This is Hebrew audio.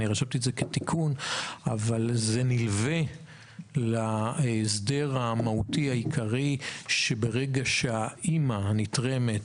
אבל זה נלווה להסדר המהותי והעיקרי שאומר שברגע שהנתרמת